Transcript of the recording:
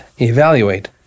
evaluate